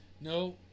No